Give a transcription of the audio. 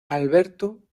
alberto